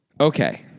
Okay